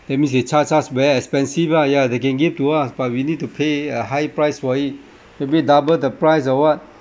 that means they charge us very expensive lah ya they can give to us but we need to pay a high price for it maybe double the price or what